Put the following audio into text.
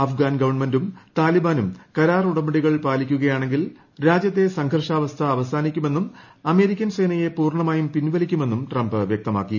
അഫ്ഗാൻ ഗവൺമെൻും താലിബാനും കരാർ ഉടമ്പടികൾ പാലിക്കുകയാണെങ്കിൽ രാജ്യത്തെ സംഘർഷാവസ്ഥ അവസാനിക്കുമെന്നും അമേരിക്കൻ സേനയെ പൂർണ്ണമായും പിൻവലിക്കുമെന്നും ട്രംപ് വ്യക്തമാക്കി